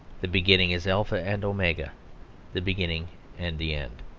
the beginning is alpha and omega the beginning and the end.